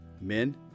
Men